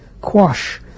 quash